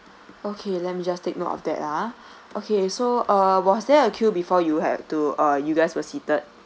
okay let me just take note of that ah okay so uh was there a queue before you have to uh you guys were seated